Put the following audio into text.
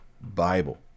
Bible